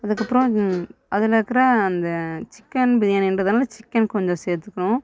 அதுக்கப்புறம் அதில் இருக்கிற அந்த சிக்கன் பிரியாணின்கிறதுனால சிக்கன் கொஞ்சம் சேர்த்துக்கணும்